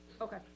Okay